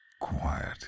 Quiet